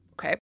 okay